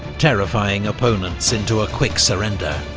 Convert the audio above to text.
terrifying opponents into a quick surrender.